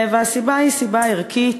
הסיבה היא סיבה ערכית,